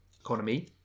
Economy